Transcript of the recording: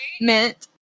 mint